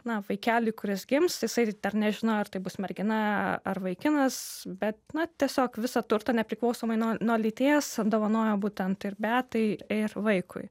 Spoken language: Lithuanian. na vaikelį kuris gims jisai dar nežinojo ar tai bus mergina ar vaikinas bet na tiesiog visą turtą nepriklausomai nuo nuo lyties apdovanojo būtent ir beatai ir vaikui